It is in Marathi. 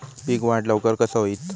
पीक वाढ लवकर कसा होईत?